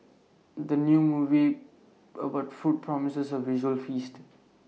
the new movie about food promises A visual feast